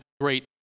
great